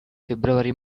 february